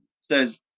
says